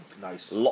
Nice